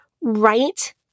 right